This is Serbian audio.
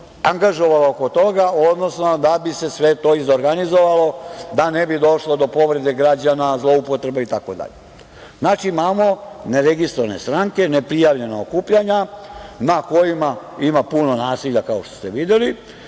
angažovala oko toga, odnosno da bi se sve to izorganizovalo da ne bi došlo do povrede građana, zloupotreba itd. Znači, imamo neregistrovane stranke, neprijavljena okupljanja na kojima ima puno nasilja, kao što ste videli,